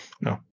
no